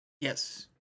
Yes